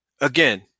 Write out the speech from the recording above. again